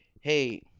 hey